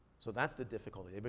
so that's the difficulty. but